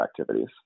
activities